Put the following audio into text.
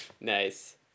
nice